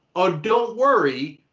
ah don't worry,